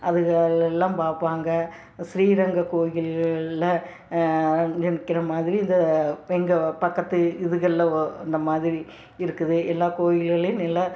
அதுகள் எல்லாம் பார்ப்பாங்க ஸ்ரீரங்கம் கோயில்களில் நிற்கிற மாதிரி இந்த எங்கள் பக்கத்து இதுகளில் ஒ இந்த மாதிரி இருக்குது எல்லா கோயில்கள்லேயும் நில